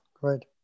great